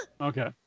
Okay